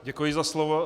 Děkuji za slovo.